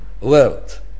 world